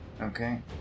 Okay